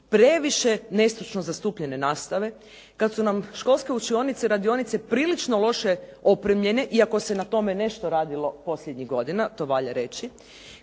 previše nestručno zastupljene nastave, kad su nam školske učinioce i radionice prilično loše opremljene iako se na tome nešto radilo posljednjih godina, to valja reći,